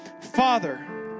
father